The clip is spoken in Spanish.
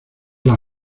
las